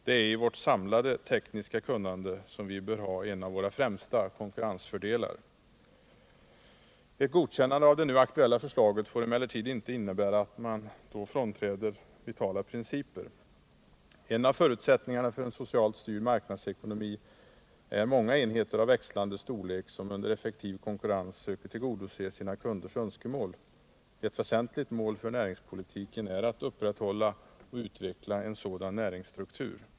Det är i vårt samlade tekniska kunnande som vi bör ha en av våra främsta konkurrensfördelar. Ett godkännande av det nu aktuella förslaget får emellertid inte innebära att man frånträder vitala principer. En av förutsättningarna för en socialt styrd marknadsekonomi är många enheter av växlande storlek som under effektiv konkurrens söker tillgodose sina kunders önskemål. Ett väsentligt mål för näringspolitiken är att upprätthålla och utveckla en sådan näringsstruktur.